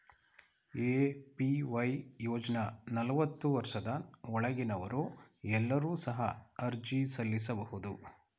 APY ಯೋಜ್ನ ನಲವತ್ತು ವರ್ಷದ ಒಳಗಿನವರು ಎಲ್ಲರೂ ಸಹ ಅರ್ಜಿ ಸಲ್ಲಿಸಬಹುದು